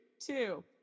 two